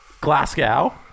Glasgow